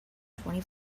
twenty